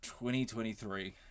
2023